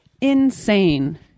insane